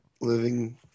living